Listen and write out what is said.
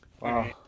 Wow